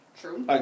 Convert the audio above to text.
True